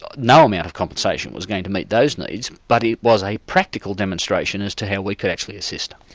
ah no amount of compensation was going to meet those needs, but it was a practical demonstration as to how we could actually assist.